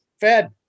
fed